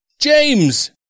James